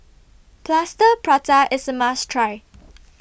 Plaster Prata IS A must Try